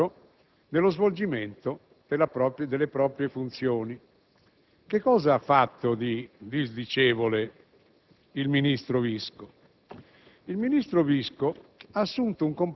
di un illustre Vice ministro nello svolgimento delle proprie funzioni. Che cosa ha fatto di disdicevole il vice ministro Visco?